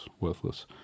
worthless